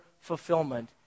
fulfillment